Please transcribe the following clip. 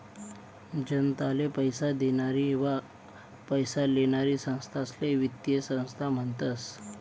जनताले पैसा देनारी व पैसा लेनारी संस्थाले वित्तीय संस्था म्हनतस